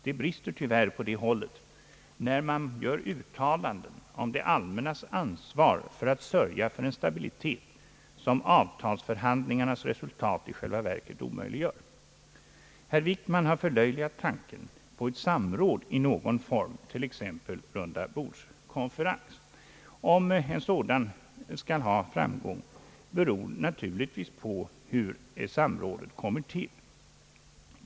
Det brister tyvärr på det hållet när man gör uttalanden om det allmännas ansvar för att sörja för en stabilitet, som avtalförhandlingarnas resultat i själva verket omöjliggör. Statsrådet Wickman har förlöjligat förslaget på ett samråd i någon form, t.ex. en rundabordskonferens. Om en sådan skall ha framgång beror naturligtvis på hur ett samråd kommer till.